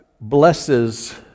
blesses